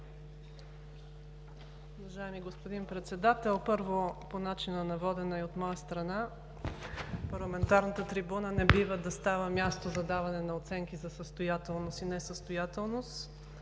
Уважаеми господин Председател! Първо, по начина на водене и от моя страна. Парламентарната трибуна не бива да става място за даване на оценки за състоятелност и несъстоятелност.